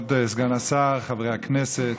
כבוד סגן השר, חברי הכנסת,